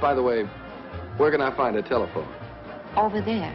by the way we're going to find a telephone over there